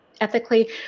ethically